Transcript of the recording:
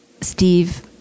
Steve